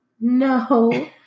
No